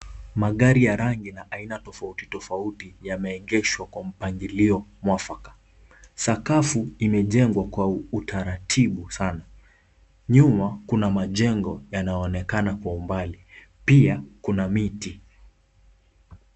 Magari ya rangi na aina tofauti tofauti yameegezwa kwa mpangilio mwafaka. Sakafu imejengwa kwa utaratibu sana. Nyuma kuna majengo yanaonekana kwa umbali, pia kuna miti.